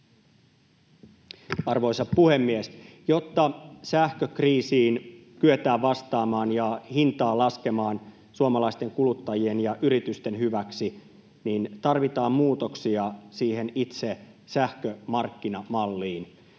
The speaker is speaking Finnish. Arvoisa puhemies! Jotta sähkökriisiin kyetään vastaamaan ja hintaa laskemaan suomalaisten kuluttajien ja yritysten hyväksi, tarvitaan muutoksia siihen itse sähkömarkkinamalliin.